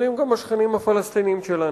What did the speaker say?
יודעים גם השכנים הפלסטינים שלנו.